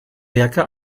werke